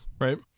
right